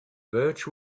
birch